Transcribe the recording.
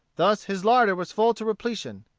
thus his larder was full to repletion.